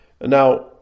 Now